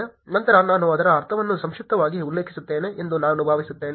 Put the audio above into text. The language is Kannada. ನಂತರ ನಾನು ಅದರ ಅರ್ಥವನ್ನು ಸಂಕ್ಷಿಪ್ತವಾಗಿ ಉಲ್ಲೇಖಿಸುತ್ತೇನೆ ಎಂದು ನಾನು ಭಾವಿಸಿದೆ